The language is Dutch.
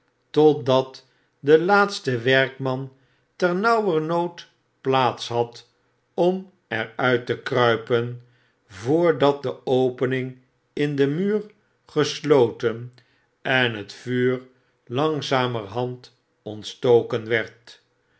totdat de laatste werkman ternauwernood plaats had om er uit te kruipen voordat de opening in den muur gesloten en het vuur langzamerhand ontstoken werd